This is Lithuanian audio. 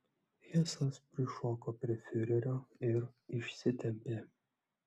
hesas prišoko prie fiurerio ir išsitempė